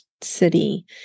city